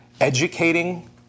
educating